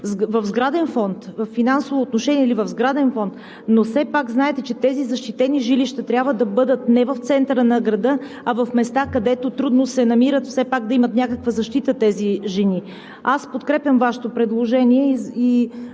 се изрази във финансово отношение или в сграден фонд, но все пак знаете, че тези защитени жилища трябва да бъдат не в центъра на града, а в места, където трудно се намират – все пак да имат някаква защита тези жени. Аз подкрепям Вашето предложение и